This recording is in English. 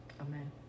Amen